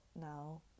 now